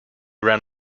ran